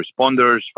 responders